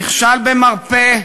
נכשל במרפא,